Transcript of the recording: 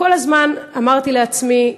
כל הזמן אמרתי לעצמי: